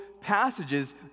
passages